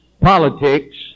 politics